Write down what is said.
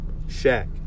Shaq